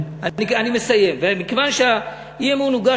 גם בליכוד,